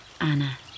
Anna